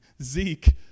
Zeke